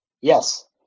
Yes